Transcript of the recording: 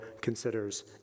considers